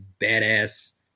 badass